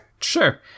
Sure